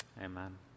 Amen